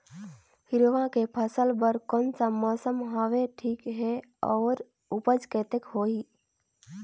हिरवा के फसल बर कोन सा मौसम हवे ठीक हे अउर ऊपज कतेक होही?